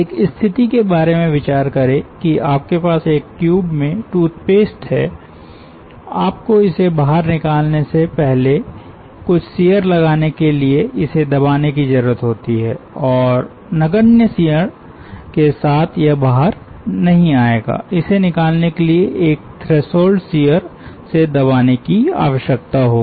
एक स्थिति के बारे में विचार करे कि आपके पास एक ट्यूब में टूथपेस्ट है आपको इसे बाहर निकालने से पहले कुछ शियर लगाने के लिए इसे दबाने की जरूरत होती है और नगण्य शियर के साथ यह बाहर नहीं आएगा इसे निकालने के लिए एक थ्रेशोल्ड शियर से दबाने की आवश्यकता होगी